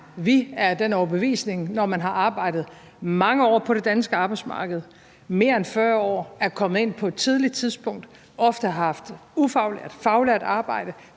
Vi er af den overbevisning, at når man har arbejdet mange år på det danske arbejdsmarked, mere end 40 år, er kommet ind på et tidligt tidspunkt, har haft ufaglært eller faglært arbejde,